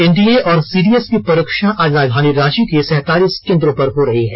NDA और CDS की परीक्षा आज राजधानी रांची के सैंतालीस केन्द्रों पर हो रही है